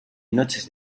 noches